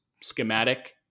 schematic